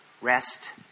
Rest